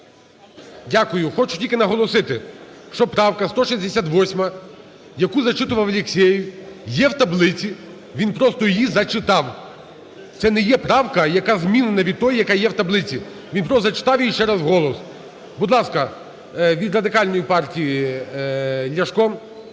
Дякую. Хочу тільки наголосити, що правка 168, яку зачитував Алєксєєв, є в таблиці. Він просто її зачитав. Це не є правка, яка змінена від тої, яка є в таблиці. Він просто зачитав її ще раз вголос. Будь ласка, від Радикальної партії Ляшко.